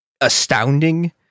astounding